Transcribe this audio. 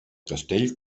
castell